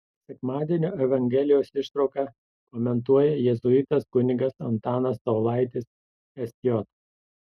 sekmadienio evangelijos ištrauką komentuoja jėzuitas kunigas antanas saulaitis sj